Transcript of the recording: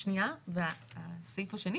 עשרות